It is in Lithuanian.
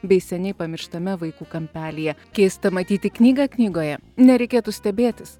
bei seniai pamirštame vaikų kampelyje keista matyti knygą knygoje nereikėtų stebėtis